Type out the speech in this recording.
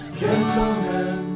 gentlemen